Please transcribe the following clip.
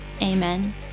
Amen